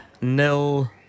nil